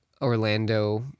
Orlando